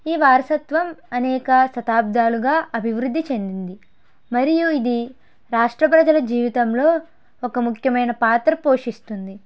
ఈ వారసత్వం అనేక శతాబ్దాలుగా అభివృద్ది చెందింది మరియు ఇది రాష్ట్ర ప్రజల జీవితంలో ఒక ముఖ్యమైన పాత్ర పోషిస్తుంది